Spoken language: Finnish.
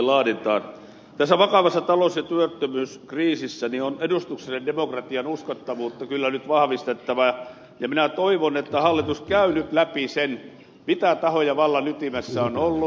tässä vakavassa talous ja työttömyyskriisissä on edustuksellisen demokratian uskottavuutta kyllä nyt vahvistettava ja minä toivon että hallitus käy nyt läpi sen mitä tahoja vallan ytimessä on ollut